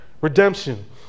Redemption